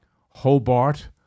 Hobart